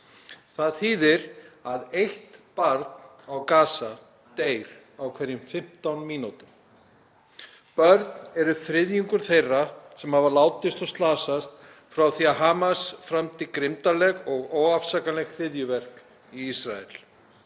Það þýðir að eitt barn á Gaza deyr á hverjum 15 mínútum. Börn eru þriðjungur þeirra sem hafa látist og slasast frá því að Hamas framdi grimmdarleg og óafsakanleg hryðjuverk í Ísrael.